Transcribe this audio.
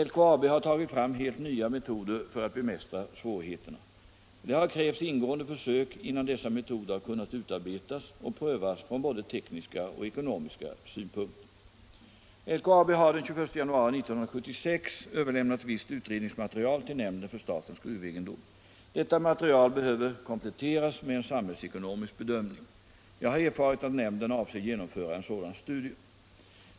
LKAB har tagit fram helt nya metoder för att bemästra svårigheterna. Det har krävts ingående försök innan dessa metoder har kunnat utarbetas och prövas från både tekniska och ekonomiska synpunkter. LKAB har den 21 januari 1976 överlämnat visst utredningsmaterial till nämnden för statens gruvegendom. Detta material behöver kompletteras med en samhällsekonomisk bedömning. Jag har erfarit att nämnden avser genomföra en sådan studie.